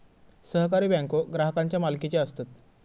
सहकारी बँको ग्राहकांच्या मालकीचे असतत